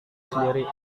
sendiri